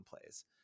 plays